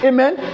Amen